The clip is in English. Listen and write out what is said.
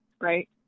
Right